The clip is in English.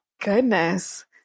goodness